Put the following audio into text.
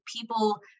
people